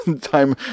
time